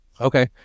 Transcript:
Okay